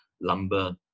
lumber